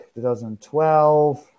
2012